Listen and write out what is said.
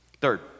Third